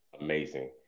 amazing